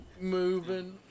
moving